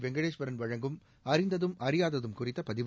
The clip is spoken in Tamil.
வெங்கடேஸ்வரன் வழங்கும் அறிந்ததும் அறியாததும் குறித்த பதிவு